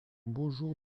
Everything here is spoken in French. bonjour